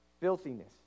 filthiness